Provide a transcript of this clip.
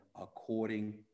according